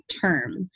term